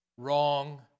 wrong